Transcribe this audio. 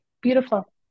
Beautiful